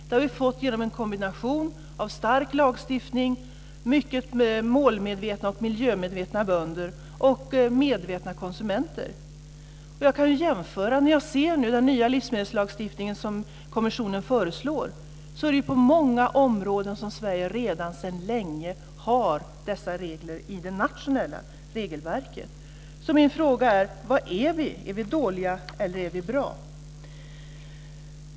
Det har vi fått genom en kombination av stark lagstiftning, mycket målmedvetna och miljömedvetna bönder och medvetna konsumenter. Jag kan jämföra med den nya livsmedelslagstiftning som kommissionen föreslår. På många områden har Sverige redan sedan länge dessa regler i det nationella regelverket. Min fråga är: Vad är vi, är vi dåliga eller är vi bra?